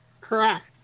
Correct